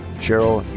cheryl